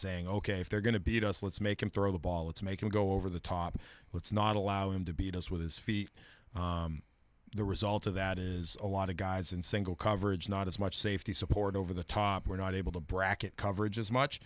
saying ok if they're going to beat us let's make him throw the ball it's make him go over the top let's not allow him to beat us with his feet the result of that is a lot of guys in single coverage not as much safety support over the top we're not able to bracket coverage as much